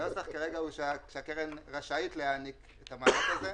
הנוסח כרגע הוא שהקרן רשאית להעניק את המענק הזה.